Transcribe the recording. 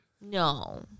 No